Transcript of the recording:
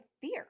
fear